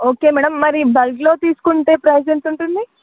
okay madam మరి బల్క్లో తీసుకుంటే ప్రైస్ ఎంత ఉంటుంది